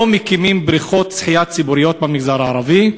לא מקימים בריכות שחייה ציבוריות במגזר הערבי,